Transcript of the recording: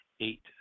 eight